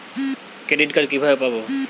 Credit card কিভাবে পাব?